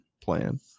plan